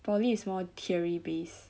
probably is more theory base